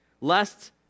Lest